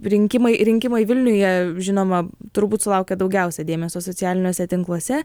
rinkimai rinkimai vilniuje žinoma turbūt sulaukia daugiausia dėmesio socialiniuose tinkluose